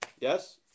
Yes